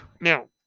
Now